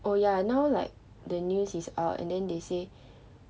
oh ya now like the news is out and then they say